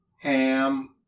ham